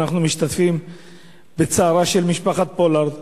ואנחנו משתתפים בצערה של משפחת פולארד,